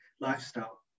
lifestyle